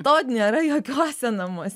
to nėra jokiuose namuose